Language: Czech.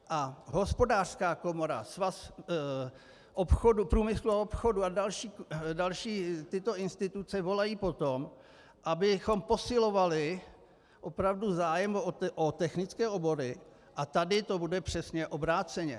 A Hospodářská komora, Svaz průmyslu a obchodu a další tyto instituce volají po tom, abychom posilovali opravdu zájem o technické obory, a tady to bude přesně obráceně.